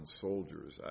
soldiers